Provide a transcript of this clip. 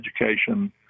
education